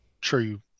true